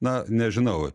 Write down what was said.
na nežinau